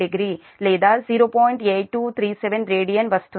8237 radian వస్తుంది